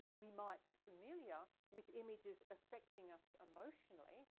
we might be familiar with images affecting us emotionally.